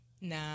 Nah